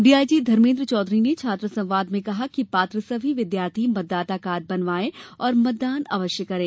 DIG Dharmendra Chaudhary ने छात्र संवाद में कहा कि पात्र सभी विद्यार्थी मतदाता कार्ड बनवायें और मतदान अवश्य करें